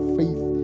faith